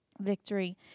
victory